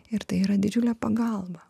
ir tai yra didžiulė pagalba